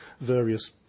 various